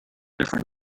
different